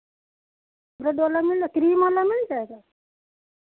ओ वाला मिल क्रीम वाला मिल जाएगा